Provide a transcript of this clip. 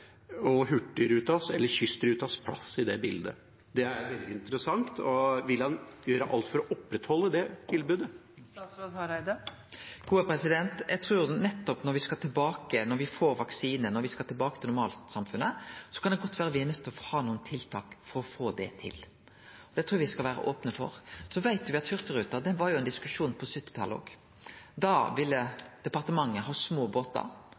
det bildet? Det er veldig interessant, og vil han gjøre alt for å opprettholde det tilbudet? Eg trur at når me får vaksine og skal tilbake til normalsamfunnet, kan det godt vere at me er nøydde til å ha nokre tiltak for å få det til. Det trur eg me skal vere opne for. Me veit at det var ein diskusjon om hurtigruta også på 1970-talet. Da ville departementet ha små båtar,